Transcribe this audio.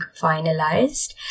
finalized